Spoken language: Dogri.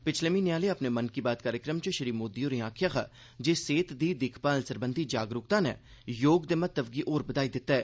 पिच्छले म्हीने आहले अपने मन की बात कार्यक्रम च श्री मोदी होरें आखेआ हा जे सेहत दी दिक्ख भाल सरबंधी जागरूकता नै योग दे महत्व गी होर बधाई दित्ता ऐ